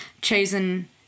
chosen